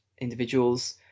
individuals